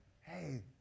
hey